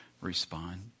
respond